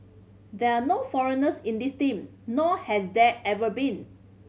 there are no foreigners in this team nor has there ever been